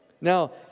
Now